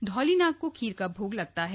धौलीनाग को खीर का भोग लगता है